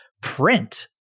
print